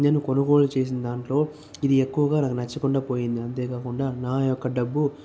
నేను కొనుగోలు చేసిన దాంట్లో ఇది ఎక్కువగా నాకు నచ్చకుండా పోయింది అంతే కాకుండా నా యొక్క డబ్బు